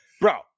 Bro